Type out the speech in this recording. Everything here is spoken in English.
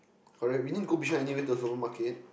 correct we need to go Bishan anyway to the supermarket